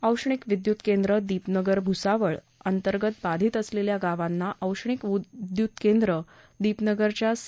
औष्णिक विद्युत केंद्र दीपनगर भुसावळ अंतर्गत बाधीत असलेल्या गावांना औष्णिक विद्युत केंद्र दीपनगरच्या सी